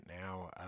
now